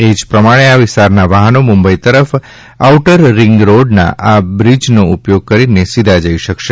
એ જ પ્રમાણે આ વિસ્તારના વાહનો મુંબઇ તરફ આઉટર રીંગરોડના આ બ્રીજનો ઉપયોગ કરીને સીધા જઇ શકશે